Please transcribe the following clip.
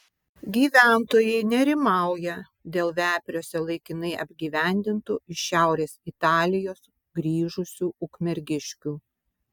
gyventojai nerimauja dėl vepriuose laikinai apgyvendintų iš šiaurės italijos grįžusių ukmergiškių